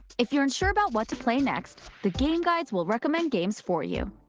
if you're unsure about what to play next, the game guides will recommend games for you.